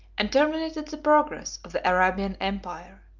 and terminated the progress, of the arabian empire.